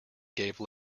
gave